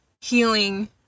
healing